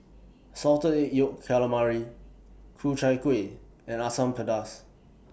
Salted Egg Yolk Calamari Ku Chai Kueh and Asam Pedas